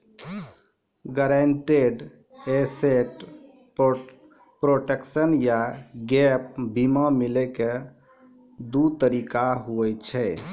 guaranteed asset protection या gap बीमा मिलै के दु तरीका होय छै